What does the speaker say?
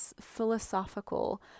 philosophical